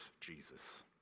Jesus